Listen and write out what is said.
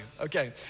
okay